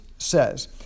says